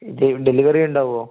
delivery ഉണ്ടാകുമോ